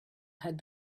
had